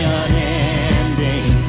unending